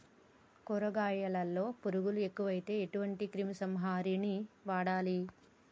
కూరగాయలలో పురుగులు ఎక్కువైతే ఎటువంటి క్రిమి సంహారిణి వాడాలి?